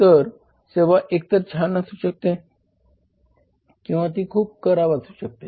तर सेवा एकतर छान असू शकते किंवा ती खूप खराब असू शकते